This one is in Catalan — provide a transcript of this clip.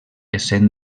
essent